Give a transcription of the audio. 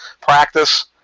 practice